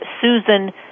Susan